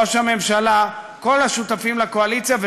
ראש הממשלה וכל השותפים לקואליציה,